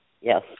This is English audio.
Yes